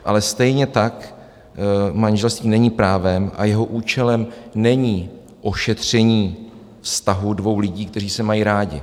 Ale stejně tak manželství není právem a jeho účelem není ošetření vztahu dvou lidí, kteří se mají rádi.